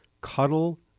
Cuddle